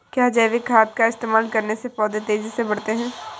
क्या जैविक खाद का इस्तेमाल करने से पौधे तेजी से बढ़ते हैं?